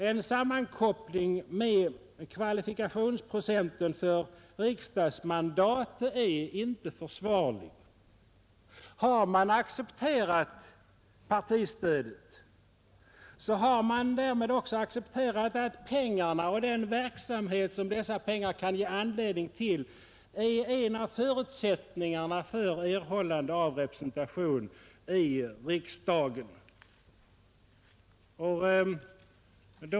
En sammankoppling med kvalifikationsprocenten för riksdagsmandat är inte försvarlig. Har man accepterat partistödet, så har man därmed också accepterat att pengarna och den verksamhet som dessa kan ge anledning till är en av förutsättningarna för erhållande av representation i riksdagen.